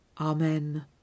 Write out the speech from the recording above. Amen